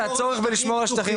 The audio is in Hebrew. ועל הצורך בלשמור על שטחים,